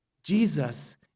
Jesus